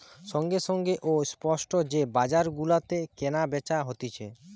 সঙ্গে সঙ্গে ও স্পট যে বাজার গুলাতে কেনা বেচা হতিছে